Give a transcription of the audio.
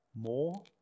more